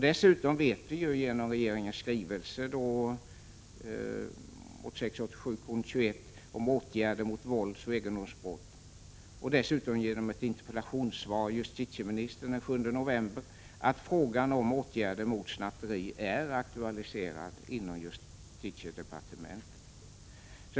Dessutom vet vi ju genom regeringens skrivelse 1986/87:21 om åtgärder mot våldsoch egendomsbrott och genom ett interpellationssvar av justitieministern den 7 november att frågan om åtgärder mot snatteri är aktualiserad inom justitiedepartementet.